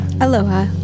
Aloha